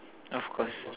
of course